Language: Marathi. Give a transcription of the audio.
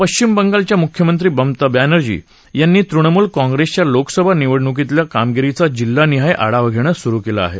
पश्चिम बंगालच्या मुख्यमंत्री ममता बॅनर्जी यांनी तृणमुल काँप्रेसच्या लोकसभा निवडणुकीतल्या कामगिरीचा जिल्हानिहाय आढावा घेणं सुरु केलं आहे